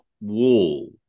wall